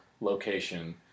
location